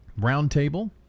Roundtable